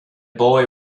boy